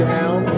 Down